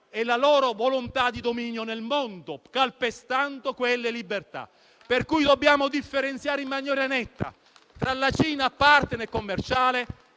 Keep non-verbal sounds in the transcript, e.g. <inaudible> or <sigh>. e la loro volontà di dominio nel mondo, calpestando quelle libertà. <applause> Dobbiamo dunque differenziare in maniera netta tra la Cina quale *partner* commerciale